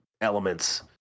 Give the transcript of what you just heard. elements